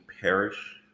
perish